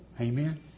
Amen